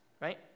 right